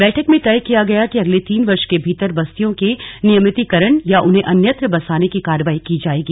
बैठक में तय किया गया कि अगले तीन वर्ष के भीतर बस्तियों के नियमितीकरण या उन्हें अन्यत्र बसाने की कार्रवाई की जाएगी